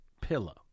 pillow